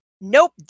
nope